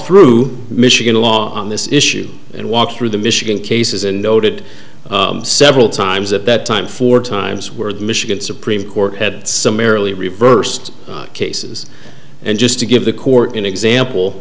through michigan law on this issue and walked through the michigan cases and noted several times at that time four times where the michigan supreme court had some merrily reversed cases and just to give the court an example